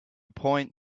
point